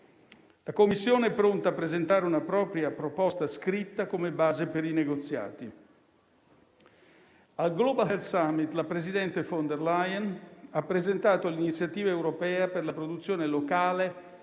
La Commissione è pronta a presentare una propria proposta scritta come base per i negoziati. Al Global health summit la presidente von der Leyen ha presentato l'iniziativa europea per la produzione locale